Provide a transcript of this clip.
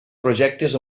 projectes